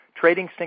trading